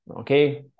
okay